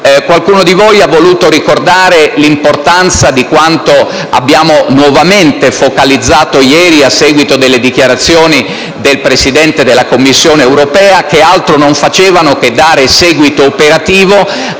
Qualcuno di voi ha voluto ricordare l'importanza di quanto abbiamo nuovamente focalizzato ieri a seguito delle dichiarazioni del Presidente della Commissione europea, che altro non facevano che dare seguito operativo